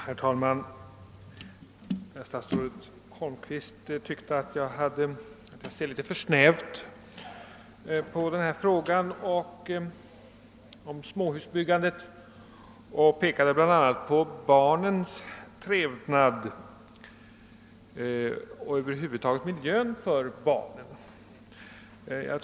Herr talman! Statsrådet Holmqvist tyckte att jag såg litet väl snävt på frågan om småhusbyggandet, och han pekade bl.a. på barnens trevnad och barnens miljö över huvud taget.